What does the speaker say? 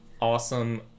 awesome